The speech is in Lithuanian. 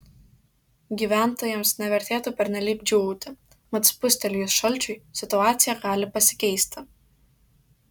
gyventojams nevertėtų pernelyg džiūgauti mat spustelėjus šalčiui situacija gali pasikeisti